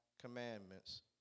commandments